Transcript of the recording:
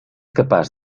capaç